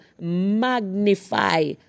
magnify